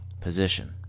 Position